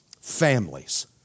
families